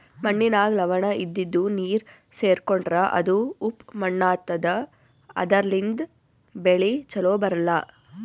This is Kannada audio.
ಮಣ್ಣಿನಾಗ್ ಲವಣ ಇದ್ದಿದು ನೀರ್ ಸೇರ್ಕೊಂಡ್ರಾ ಅದು ಉಪ್ಪ್ ಮಣ್ಣಾತದಾ ಅದರ್ಲಿನ್ಡ್ ಬೆಳಿ ಛಲೋ ಬರ್ಲಾ